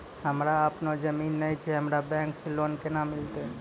हमरा आपनौ जमीन नैय छै हमरा बैंक से लोन केना मिलतै?